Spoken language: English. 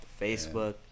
Facebook